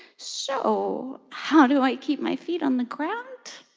so how do i keep my feet on the ground?